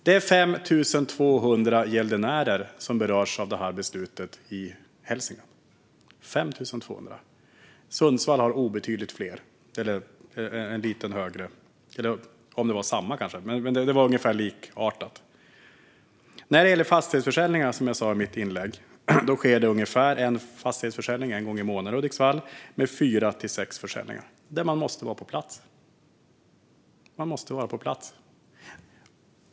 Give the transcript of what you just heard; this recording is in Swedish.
Det är 5 200 gäldenärer i Hälsingland som berörs av det här beslutet. I Sundsvall är det ungefär lika många. När det gäller fastighetsförsäljningarna, som jag nämnde i mitt inlägg, är det ungefär ett försäljningstillfälle i månaden i Hudiksvall med fyra till sex försäljningar där man måste vara på plats.